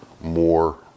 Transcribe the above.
more